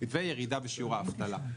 וירידה בשיעור האבטלה.